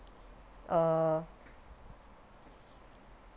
err